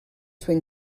suoi